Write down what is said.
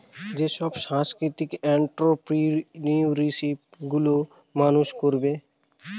যেসব সাংস্কৃতিক এন্ট্ররপ্রেনিউরশিপ গুলো মানুষ করবে